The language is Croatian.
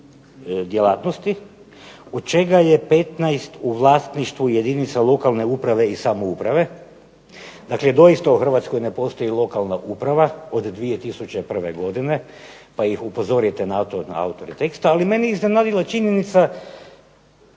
od čega je 15 u vlasništvu jedinica lokalne uprave i samouprave. Dakle, doista u Hrvatskoj ne postoji lokalna uprava od 2001. godine, pa upozorite na to autore teksta. Ali mene je iznenadila činjenica